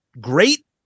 great